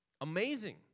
amazing